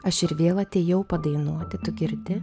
aš ir vėl atėjau padainuoti tu girdi